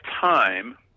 time